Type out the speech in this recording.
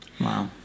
Wow